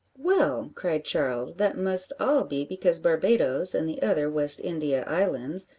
well, cried charles, that must all be because barbadoes, and the other west india islands,